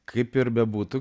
kaip ir bebūtų